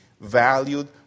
valued